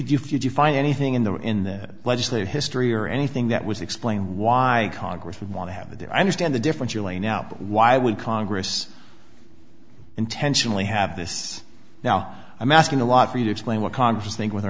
could you find anything in the in their legislative history or anything that was explaining why congress would want to have the i understand the difference you're laying out why would congress intentionally have this now i'm asking a lot for you to explain what congress think with our